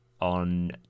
on